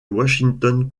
washington